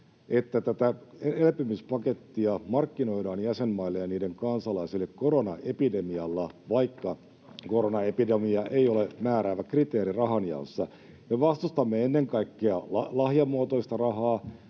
että tätä elpymispakettia markkinoidaan jäsenmaille ja niiden kansalaisille koronaepidemialla, vaikka koronaepidemia ei ole määräävä kriteeri rahanjaossa. Me vastustamme ennen kaikkea lahjamuotoista rahaa,